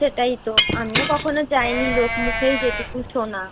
সেটাই তো আমিও কখনো যাই নি লোক মুখেই যেটুকু শোনা